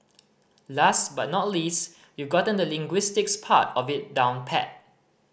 last but not least you've gotten the linguistics part of it down pat